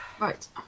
right